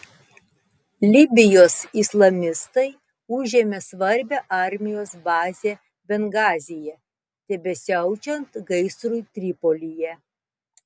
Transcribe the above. libijos islamistai užėmė svarbią armijos bazę bengazyje tebesiaučiant gaisrui tripolyje